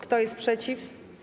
Kto jest przeciw?